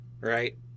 right